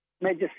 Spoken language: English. major